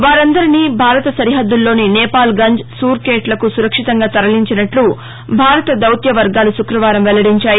వారందరినీ భారత సరిహద్దల్లోని నేపాల్గంజ్ సూర్ఖేట్లకు సురక్షితంగా తరలించినట్లు భారత దౌత్యవర్గాలు శుక్రవారం వెల్లడించాయి